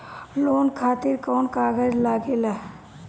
Loan खातिर कौन कागज लागेला?